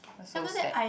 ah so sad